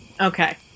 Okay